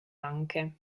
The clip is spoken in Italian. anche